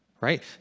Right